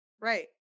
right